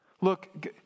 Look